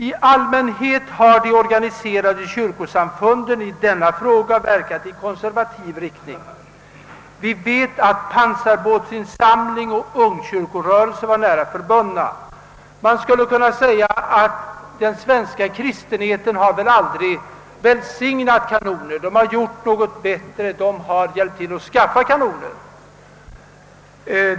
I allmänhet har de organiserade kyrkosamfunden intagit en konservativ ståndpunkt. Detta har historiska rötter. Pansarbåtsinsamlingen och ungkyrkorörelsen var nära förbundna. Man skulle kunna säga att den svenska kristenheten väl aldrig välsignat kanonerna — den har gjort något annat: den har hjälpt till att skaffa kanoner.